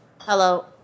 Hello